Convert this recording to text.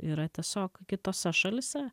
yra tiesiog kitose šalyse